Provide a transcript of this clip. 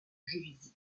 juvisy